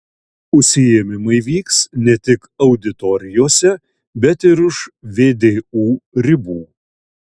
užsiėmimai vyks ne tik auditorijose bet ir už vdu ribų